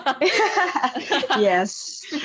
yes